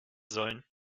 sollen